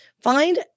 find